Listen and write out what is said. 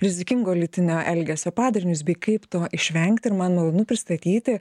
rizikingo lytinio elgesio padarinius bei kaip to išvengti ir man malonu pristatyti